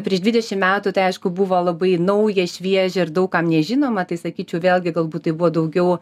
prieš dvidešim metų tai aišku buvo labai nauja šviežia ir daug kam nežinoma tai sakyčiau vėlgi galbūt tai buvo daugiau